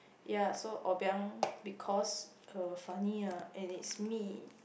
ya so obiang because uh funny ah and it's me